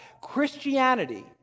Christianity